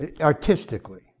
artistically